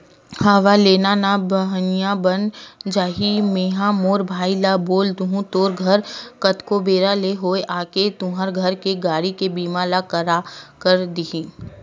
हव लेना ना बहिनी बन जाही मेंहा मोर भाई ल बोल दुहूँ तोर घर कतको बेरा ले होवय आके तुंहर घर के गाड़ी के बीमा ल कर दिही